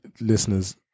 listeners